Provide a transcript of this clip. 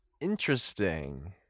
Interesting